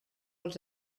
els